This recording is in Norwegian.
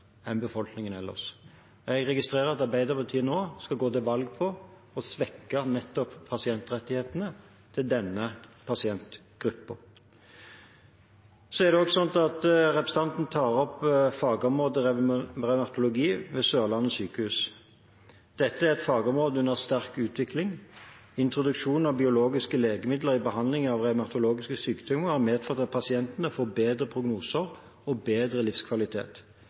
enn befolkningen ellers. Jeg registrerer at Arbeiderpartiet nå skal gå til valg på å svekke nettopp pasientrettighetene til denne pasientgruppen. Så tar representanten opp fagområdet revmatologi ved Sørlandet sykehus. Dette er et fagområde under sterk utvikling. Introduksjon av biologiske legemidler i behandlingen av revmatologiske sykdommer har medført at pasientene får bedre prognoser og bedre livskvalitet.